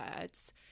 birds